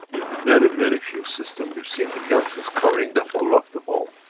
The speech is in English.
in very, very few systems we've seen the ganses covering the whole of the ball.